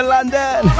London